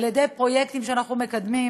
על-ידי פרויקטים שאנחנו מקדמים,